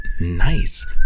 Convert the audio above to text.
nice